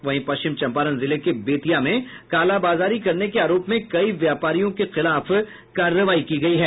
वहीं पश्चिम चंपारण जिले के बेतिया में कालाबाजारी करने के आरोप में कई व्यापारियों के खिलाफ कार्रवाई की गयी है